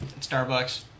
Starbucks